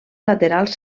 laterals